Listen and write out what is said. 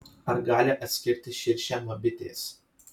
ar gali atskirti širšę nuo bitės